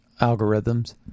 algorithms